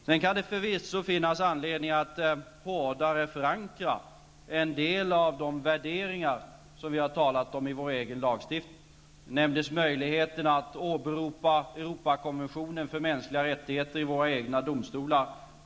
Sedan kan det förvisso finnas anledning att hårdare förankra en del av de värderingar som vi har talat om i vår egen lagstiftning. Möjligheten att åberopa Europakonventionen för mänskliga rättigheter i våra egna domstolar nämndes.